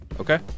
Okay